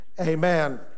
amen